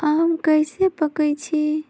आम कईसे पकईछी?